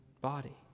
body